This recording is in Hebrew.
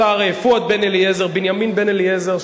השר בנימין פואד בן-אליעזר.